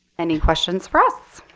any questions for us?